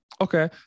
Okay